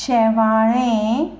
शेवाळें